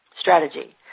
Strategy